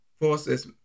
forces